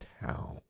town